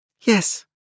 Yes